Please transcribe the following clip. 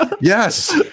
Yes